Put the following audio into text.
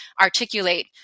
articulate